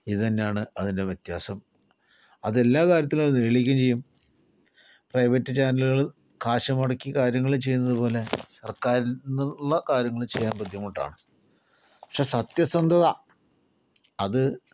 ഇത് തന്നെയാണ് അതിന്റെ വ്യത്യാസം അതെല്ലാ കാര്യത്തിലും അത് തെളിയിക്കുകയും ചെയ്യും പ്രൈവറ്റ് ചാനലുകള് കാശ് മുടക്കി കാര്യങ്ങള് ചെയ്യുന്നതുപോലെ സർക്കാരിൽ ന്നുള്ള കാര്യങ്ങള് ചെയ്യാൻ ബുദ്ധിമുട്ടാണ് പക്ഷേ സത്യസന്ധത അത്